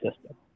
system